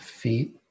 feet